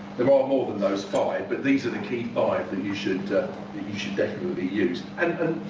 there are more than those five, but these are the key five that you should you should definitely use. and